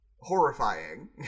horrifying